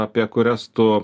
apie kurias tu